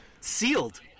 sealed